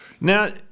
now